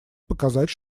показать